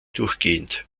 durchgehend